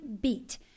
beat